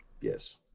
Yes